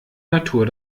natur